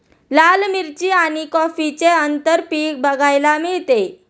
लाल मिरची आणि कॉफीचे आंतरपीक बघायला मिळते